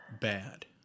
bad